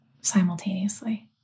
simultaneously